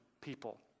people